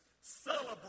Celebrate